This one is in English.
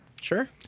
Sure